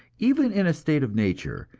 even in a state of nature,